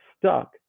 stuck